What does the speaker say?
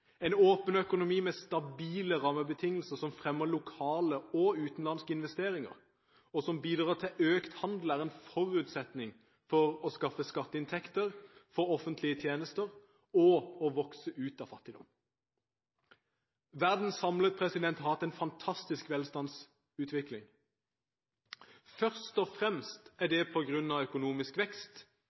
En åpen økonomi med stabile rammebetingelser som fremmer lokale og utenlandske investeringer, og som bidrar til økt handel, er en forutsetning for å skaffe skatteinntekter for offentlige tjenester og å vokse ut av fattigdom. Verden samlet har hatt en fantastisk velstandsutvikling. Først og fremst er det pga. økonomisk vekst